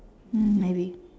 mm maybe